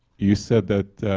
you said that